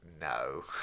No